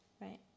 Right